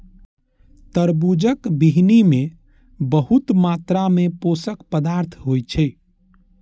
तरबूजक बीहनि मे बहुत मात्रा मे पोषक पदार्थ होइ छै